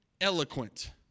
eloquent